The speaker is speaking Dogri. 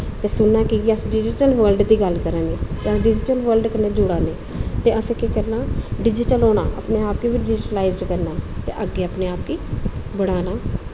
ते सुनना कि केह् अस डिजिटल वर्ल्ड दी गल्ल कराने आं डिजिटल वर्ल्ड कन्नै जुड़ा ने ते असैं केह् करना डिजिटल होना अपनै आप गी बी डिजिटलाइज करना ते अग्गै अपना आप गी बढ़ाना